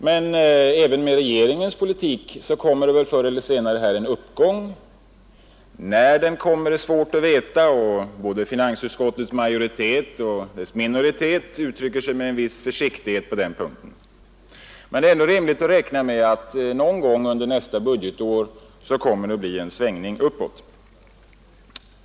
Men även med regeringens politik blir det väl förr eller senare en uppgång. När den kommer är svårt att veta. Såväl finansutskottets majoritet som dess minoritet uttrycker sig med en viss försiktighet på den punkten, men det är ändå rimligt att räkna med att det någon gång under nästa budgetår kommer att bli en svängning uppåt.